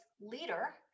leader